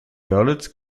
görlitz